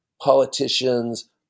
politicians